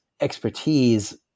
expertise